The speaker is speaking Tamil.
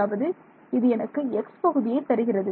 அதாவது இது எனக்கு x பகுதியை தருகிறது